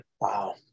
Wow